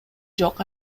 жок